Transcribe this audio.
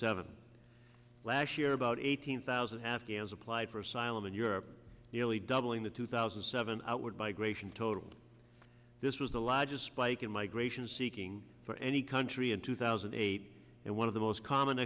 seven last year about eighteen thousand afghans applied for asylum in europe nearly doubling the two thousand and seven outward by gratian total this was the largest spike in migration seeking for any country in two thousand and eight and one of the most common